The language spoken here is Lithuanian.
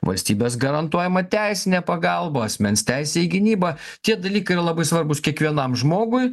valstybės garantuojama teisinė pagalba asmens teisė į gynybą tie dalykai yra labai svarbūs kiekvienam žmogui